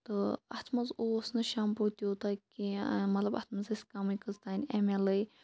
تہٕ اَتھ منٛز اوس نہٕ شَمپوٗ تیوٗتاہ کینٛہہ مطلب اَتھ منٛز ٲسۍ کَمٕے کٔژتانۍ یِم مےٚ لٔگۍ